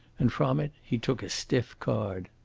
and from it he took a stiff card.